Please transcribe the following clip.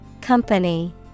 Company